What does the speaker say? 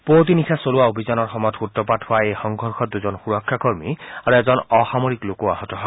পুৱতি নিশা চলোৱা অভিযানৰ সময়ত সূত্ৰপাত হোৱা এই সংঘৰ্যত দূজন সুৰক্ষা কৰ্মী আৰু এজন অসামৰিক লোকো আহত হয়